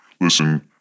listen